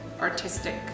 artistic